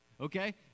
Okay